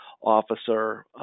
officer